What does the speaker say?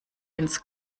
ins